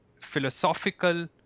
philosophical